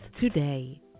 today